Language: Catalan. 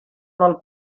del